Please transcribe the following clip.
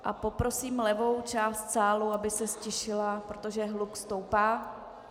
A poprosím levou část sálu, aby se ztišila, protože hluk stoupá.